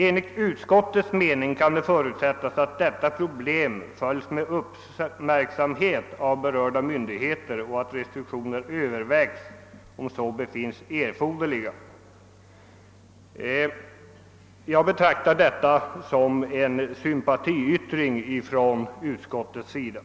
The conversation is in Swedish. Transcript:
Enligt utskottets mening kan det förutsättas att detta problem följs med uppmärksamhet av berörda myndigheter och att restriktioner övervägs om så befinnes erforderligt.» Jag betraktar detta som en sympatiyttring från utskottets sida.